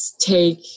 take